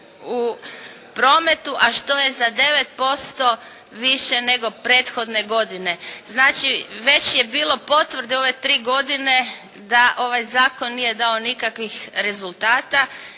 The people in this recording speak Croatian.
u prometu, a što je za 9% više nego prethodne godine. Znači već je bilo potvrde u ove tri godine da ovaj zakon nije dao nikakvih rezultata.